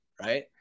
Right